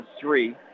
three